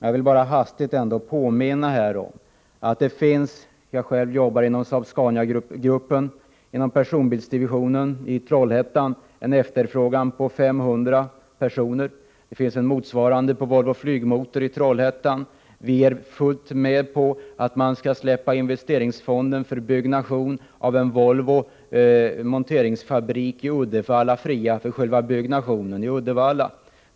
Jag vill ändå hastigt påminna om att det inom Saab-Scanias personbilsdivision i Trollhättan — jag jobbar själv i Saab Scaniagruppen — finns en efterfrågan på 500 personer. Motsvarande efterfrågan finns hos Volvo Flygmotor i Trollhättan. Vi är fullt med på att man skall släppa investeringsfonden fri för själva byggnationen av en monteringsfabrik för Volvo i Uddevalla.